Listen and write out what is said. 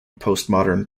postmodern